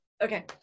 Okay